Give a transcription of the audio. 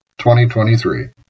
2023